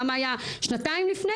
כמה היה שנתיים לפני,